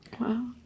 Wow